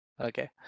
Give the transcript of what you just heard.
okay